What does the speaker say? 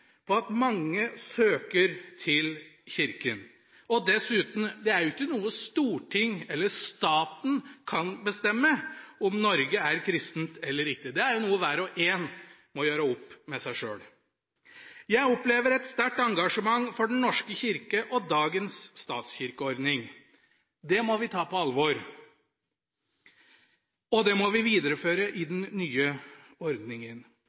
på at mange søker til Kirka. Dessuten, om Norge er kristent eller ikke, er ikke noe Stortinget eller staten kan bestemme. Det er noe hver og en må gjøre opp med seg sjøl. Jeg opplever et sterkt engasjement for Den norske kirke og dagens statskirkeordning. Det må vi ta på alvor, og det må vi videreføre i